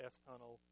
S-Tunnel